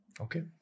Okay